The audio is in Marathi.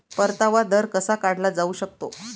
परतावा दर कसा काढला जाऊ शकतो?